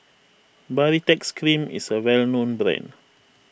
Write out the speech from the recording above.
Baritex Cream is a well known brand